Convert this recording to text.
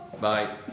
Bye